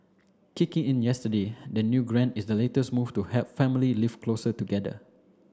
kicking in yesterday the new grant is the latest move to help family live closer together